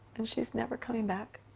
she's never coming back